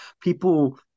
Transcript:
people